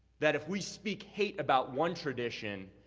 that if we speak hate about one tradition,